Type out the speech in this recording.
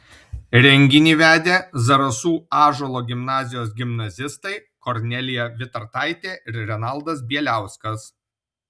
renginį vedė zarasų ąžuolo gimnazijos gimnazistai kornelija vitartaitė ir renaldas bieliauskas